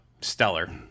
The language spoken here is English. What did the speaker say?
stellar